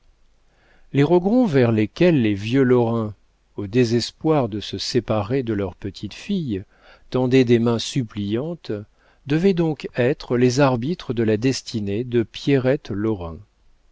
les rogron vers lesquels les vieux lorrain au désespoir de se séparer de leur petite-fille tendaient des mains suppliantes devaient donc être les arbitres de la destinée de pierrette lorrain